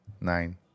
Nine